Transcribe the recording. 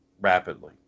rapidly